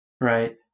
right